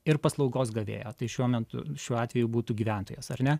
ir paslaugos gavėjo tai šiuo metu šiuo atveju būtų gyventojas ar ne